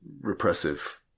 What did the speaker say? repressive